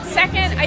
second